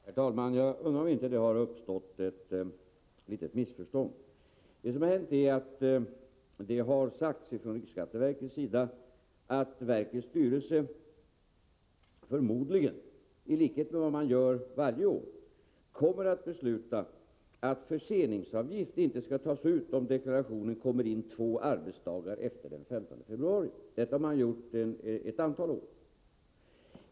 Herr talman! Jag undrar om det inte har uppstått ett litet missförstånd. Det som har hänt är att det har anförts från riksskatteverkets sida att verkets styrelse förmodligen — i likhet med vad man gör varje år — kommer att besluta att förseningsavgift inte skall tas ut om deklarationen kommer in två arbetsdagar efter den 15 februari. Detta har man gjort ett antal år.